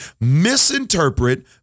misinterpret